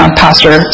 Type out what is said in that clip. pastor